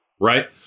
right